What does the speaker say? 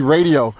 Radio